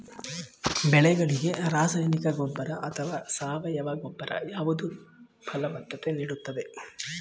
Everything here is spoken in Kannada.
ಬೆಳೆಗಳಿಗೆ ರಾಸಾಯನಿಕ ಗೊಬ್ಬರ ಅಥವಾ ಸಾವಯವ ಗೊಬ್ಬರ ಯಾವುದು ಫಲವತ್ತತೆ ನೀಡುತ್ತದೆ?